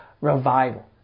revival